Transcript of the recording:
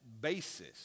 basis